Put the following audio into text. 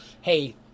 hey